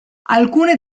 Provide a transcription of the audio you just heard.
alcune